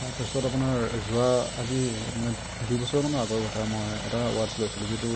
তাৰপাছত আপোনাৰ যোৱা আজি মানে দুবছৰমানৰ আগৰ কথা মই এটা ৱাট্ছ লৈছিলোঁ যিটো